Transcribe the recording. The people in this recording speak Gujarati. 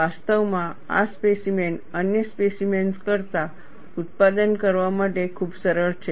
વાસ્તવમાં આ સ્પેસીમેન અન્ય સ્પેસિમેન્સ કરતાં ઉત્પાદન કરવા માટે ખૂબ સરળ છે